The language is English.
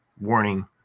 Warning